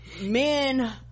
men